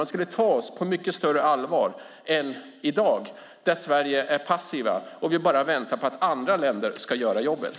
Man skulle ta oss på mycket större allvar än i dag när Sverige är passivt och bara väntar på att andra länder ska göra jobbet.